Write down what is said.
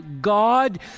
God